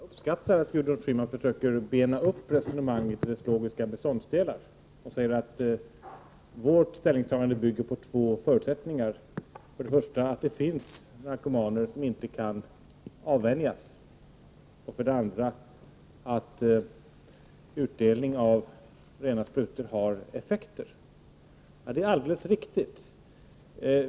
Herr talman! Jag uppskattar att Gudrun Schyman försöker bena upp resonemanget i dess logiska beståndsdelar. Hon säger att vårt ställningstagande bygger på två förutsättningar: för det första att det finns narkomaner som inte kan avvänjas och för det andra att utdelning av rena sprutor har positiva effekter. Ja, det är alldeles riktigt.